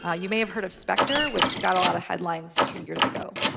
ah you may have heard of spectre, which got a lot of headlines two years ago.